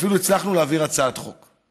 ואפילו הצלחנו להעביר הצעת חוק,